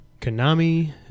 Konami